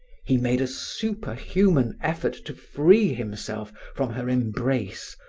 he made a superhuman effort to free himself from her embrace,